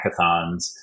hackathons